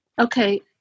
Okay